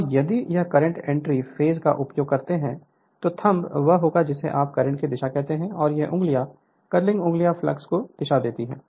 और यदि आप करंट एंट्री पेज का उपयोग करते हैं तो थंब वह होगा जिसे आप करंट की दिशा कहते हैं और ये उंगलियां कर्लिंग उंगलियां फ्लक्स की दिशा होंगी